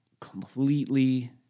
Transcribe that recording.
completely